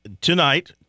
tonight